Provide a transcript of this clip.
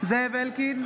זאב אלקין,